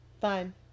Fine